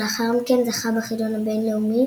שלאחר מכן זכה בחידון הבינלאומי,